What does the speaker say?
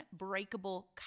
unbreakable